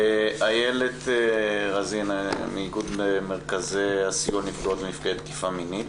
איילת רזין מאיגוד מרכזי הסיוע לנפגעות ונפגעי תקיפה מינית.